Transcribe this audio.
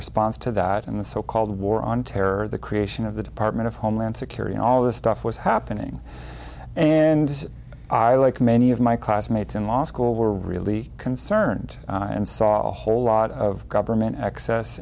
response to that in the so called war on terror the creation of the department of homeland security all of this stuff was happening and i like many of my classmates in law school were really concerned and saw a whole lot of government excess